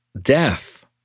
death